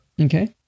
Okay